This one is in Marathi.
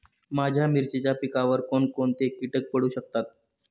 माझ्या मिरचीच्या पिकावर कोण कोणते कीटक पडू शकतात?